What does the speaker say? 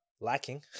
lacking